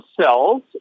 cells